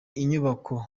inyubako